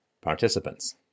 participants